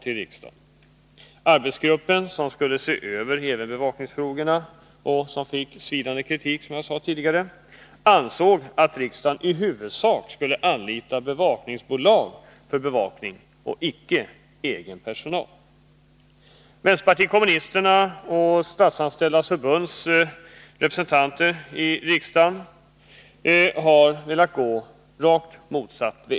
Den nämnda arbetsgruppen — som skulle se över även bevakningsfrågorna och som fick, som jag tidigare sagt, svidande kritik — ansåg att riksdagen i huvudsak skulle anlita bevakningsbolag och icke egen personal. Vänsterpartiet kommunisterna och Statsanställdas förbunds representant i riksdagens förvaltningsstyrelse har velat gå den rakt motsatta vägen.